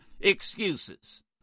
excuses